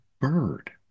Bird